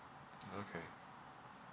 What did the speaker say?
okay